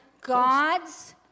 God's